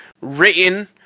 written